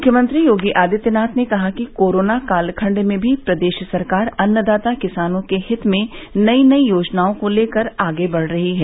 मूख्यमंत्री योगी आदित्यनाथ ने कहा कि कोरोना कालखंड में भी प्रदेश सरकार अन्नदाता किसानों के हित में नई नई योजनाओं को लेकर आगे बढ़ रही है